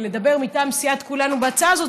לדבר מטעם סיעת כולנו בהצעה הזאת,